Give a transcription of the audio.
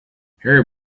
harry